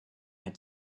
had